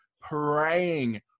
praying